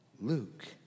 Luke